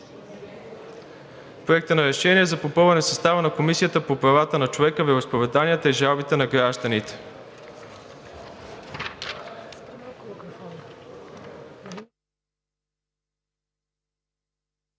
„Проект на решение за попълване на състава на Комисията по правата на човека, вероизповеданията и жалбите на гражданите“.